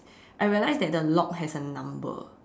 I realized that the lock has a number